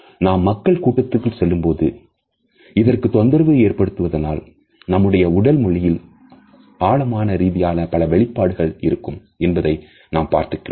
நாம் மக்கள் கூட்டத்திற்குள் செல்லும்போது இதற்கு தொந்தரவு ஏற்படுவதனால் நம்முடைய உடல் மொழியில் ஆழ்மன ரீதியாக பல வெளிப்பாடுகள் இருக்கும் என்பதை நாம் பார்த்திருக்கிறோம்